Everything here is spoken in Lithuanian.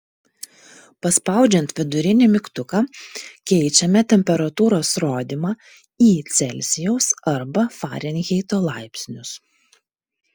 paspaudžiant vidurinį mygtuką keičiame temperatūros rodymą į celsijaus arba farenheito laipsnius